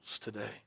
today